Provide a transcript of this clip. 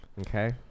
Okay